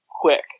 quick